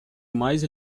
mais